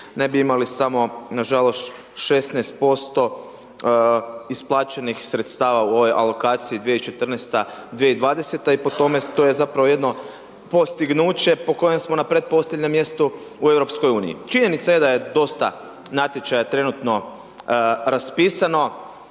ne bi imali samo nažalost 16% isplaćenih sredstava u ovoj alokaciji 2014./2020. i po tome to je zapravo jedno postignuće po kojem smo na pretposljednjem mjestu u EU. Činjenica je da je dosta natječaja trenutno raspisano,